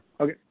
Okay